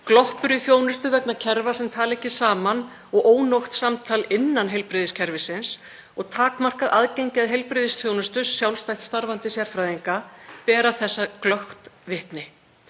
gloppur í þjónustu vegna kerfa sem tala ekki saman og ónógt samtal innan heilbrigðiskerfisins og takmarkað aðgengi að heilbrigðisþjónustu sjálfstætt starfandi sérfræðinga bera þessa glöggt vitni.